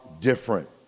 different